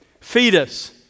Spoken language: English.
fetus